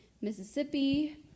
Mississippi